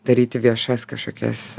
daryti viešas kažkokias